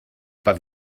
but